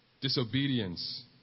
disobedience